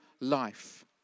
life